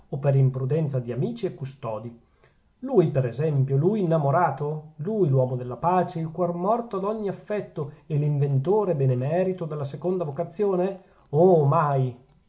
o per imprudenza di amici e custodi lui per esempio lui innamorato lui l'uomo della pace il cuor morto ad ogni affetto e l'inventore benemerito della seconda vocazione oh mai